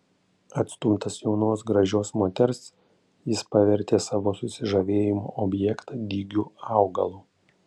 atstumtas jaunos gražios moters jis pavertė savo susižavėjimo objektą dygiu augalu